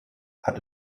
hat